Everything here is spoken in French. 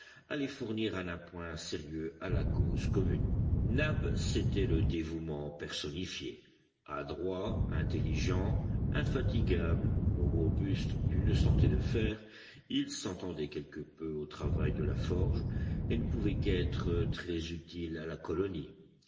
allait fournir un appoint sérieux à la cause commune nab c'était le dévouement personnifié adroit intelligent infatigable robuste d'une santé de fer il s'entendait quelque peu au travail de la forge et ne pouvait qu'être très utile à la colonie